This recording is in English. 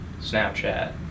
snapchat